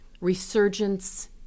resurgence